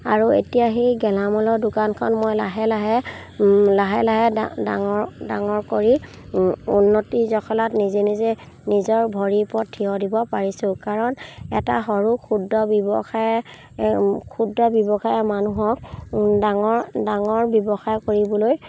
আৰু এতিয়া সেই গেলামালৰ দোকানখন মই লাহে লাহে লাহে লাহে ডাঙৰ ডাঙৰ কৰি উন্নতিৰ জখলাত নিজে নিজে নিজৰ ভৰিৰ ওপৰত থিয় পাৰিছোঁ কাৰণ এটা সৰু ক্ষুদ্ৰ ব্যৱসায় ক্ষুদ্ৰ ব্যৱসায়ে মানুহক ডাঙৰ ডাঙৰ ব্যৱসায় কৰিবলৈ